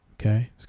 okay